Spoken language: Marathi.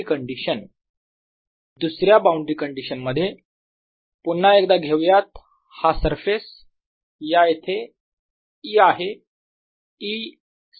n12free दुसऱ्या बाऊंड्री कंडिशन मध्ये पुन्हा एकदा घेऊयात हा सरफेस या इथे E आहे